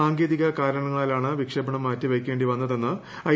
സാങ്കേതിക കാരണങ്ങളാലാണ് വിക്ഷേപണം മാല്ലിപ്പ്യ്ക്കേണ്ടി വന്നതെന്ന് ഐ